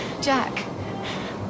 Jack